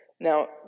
Now